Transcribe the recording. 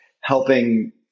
helping